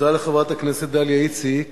תודה לחברת הכנסת דליה איציק